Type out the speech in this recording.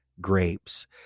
grapes